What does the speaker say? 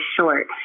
short